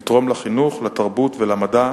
לתרום לחינוך, לתרבות, למדע,